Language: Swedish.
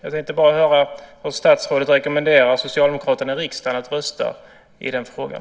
Jag tänkte bara höra hur statsrådet rekommenderar socialdemokraterna i riksdagen att rösta i den frågan.